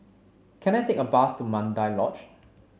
can I take a bus to Mandai Lodge